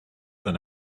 than